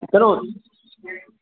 ꯀꯩꯅꯣ